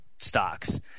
stocks